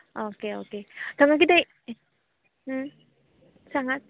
आं okay okay ताका कितें सांगात